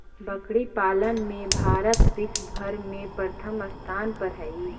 बकरी पालन में भारत विश्व भर में प्रथम स्थान पर हई